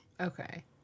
Okay